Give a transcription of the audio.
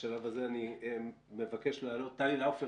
טלי לאופר,